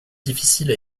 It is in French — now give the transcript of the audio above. difficiles